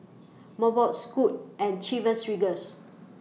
Mobot Scoot and Chivas Regal